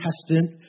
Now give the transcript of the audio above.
Testament